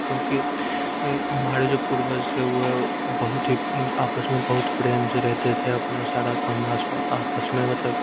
क्योंकि हमारे जो पूर्वज थे वो बहुत ही आपस में बहुत प्रेम से रहते थे अपना सारा काम आसपा आपस में मतलब